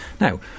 now